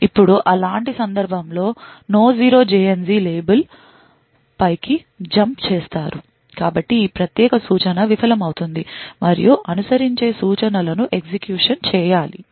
ఇప్పుడు అలాంటి సందర్భంలో no 0 లేబుల్పైకి జంప్ చేస్తారు కాబట్టి ఈ ప్రత్యేక సూచన విఫలమవుతుంది మరియు అనుసరించే సూచనలను ఎగ్జిక్యూషన్ చేయాలి